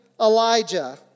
Elijah